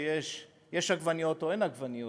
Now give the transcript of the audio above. יש עגבניות או אין עגבניות,